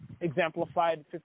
exemplified